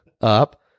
up